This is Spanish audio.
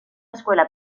escuela